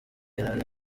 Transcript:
yari